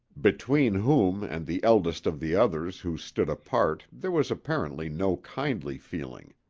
between whom and the eldest of the others, who stood apart, there was apparently no kindly feeling.